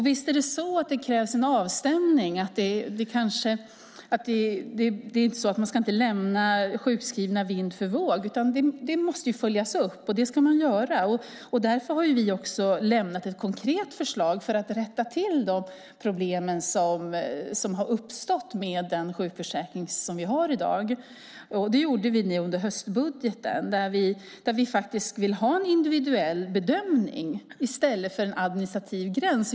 Visst krävs det en avstämning. Man ska inte lämna sjukskrivna vind för våg. Det måste följas upp, och det ska man göra. Därför har vi också lämnat ett konkret förslag för att rätta till de problem som har uppstått med den sjukförsäkring som vi har i dag. Det gjorde vi i höstbudgeten. Vi vill ha en individuell bedömning i stället för en administrativ gräns.